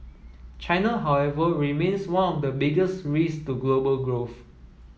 China however remains one of the biggest risks to global growth